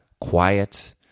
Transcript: quiet